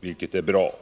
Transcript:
vilket är bra.